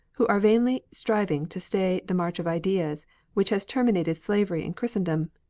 who are vainly striving to stay the march of ideas which has terminated slavery in christendom,